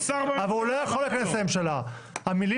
הוא שר בממשלה, מה זה לא?